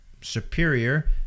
superior